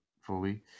fully